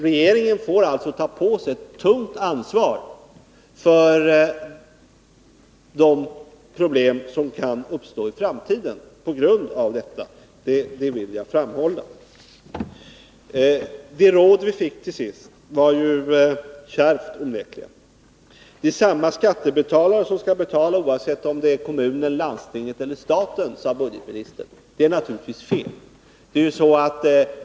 Regeringen får alltså ta på sig ett tungt ansvar för de problem som kan uppstå i framtiden på grund av detta beslut — det vill jag framhålla. Det råd vi fick till sist var onekligen kärvt. Det är samma skattebetalare som skall betala, oavsett om det är kommunen, landstinget eller staten som har kostnaderna, sade budgetministern. Det är naturligtvis fel.